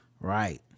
right